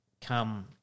come